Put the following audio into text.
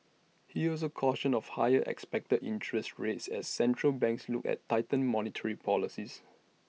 he also cautioned of higher expected interest rates as central banks look at tighten monetary policies